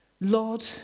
Lord